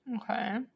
Okay